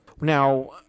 Now